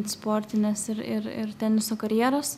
sportinės ir ir ir teniso karjeros